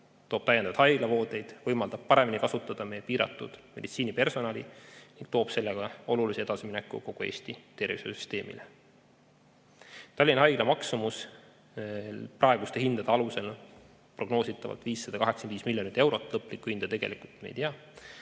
toob lisahaiglavoodeid, võimaldab paremini kasutada meie piiratud meditsiinipersonali ning toob sellega olulise edasimineku kogu Eesti tervishoiusüsteemile. Tallinna Haigla maksumus praeguste hindade alusel on prognoositavalt 585 miljonit eurot, lõplikku hinda me tegelikult ei tea.